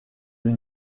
haut